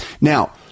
Now